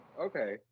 Okay